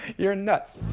you're nuts.